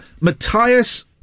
matthias